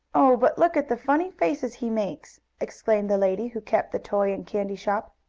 oh, but look at the funny faces he makes! exclaimed the lady who kept the toy and candy shop.